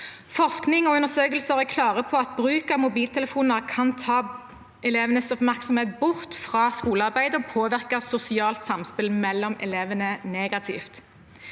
Forskning og undersøkelser er klare på at bruk av mobiltelefoner kan ta elevenes oppmerksomhet bort fra skolearbeidet og påvirke sosialt samspill mellom elevene negativt.